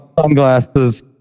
sunglasses